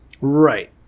Right